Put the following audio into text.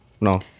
no